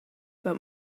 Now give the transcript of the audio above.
but